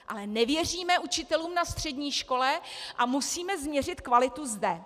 Ale nevěříme učitelům na střední škole a musíme změřit kvalitu zde.